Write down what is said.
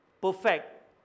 perfect